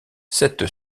cette